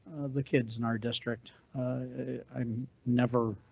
the kids in our district i um never.